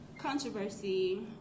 controversy